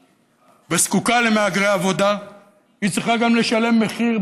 וזקוקה למהגרי עבודה צריכה גם לשלם מחיר,